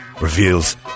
reveals